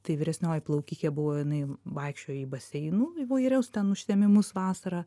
tai vyresnioji plaukikė buvo jinai vaikščiojo į baseinų įvairius ten užtemimus vasarą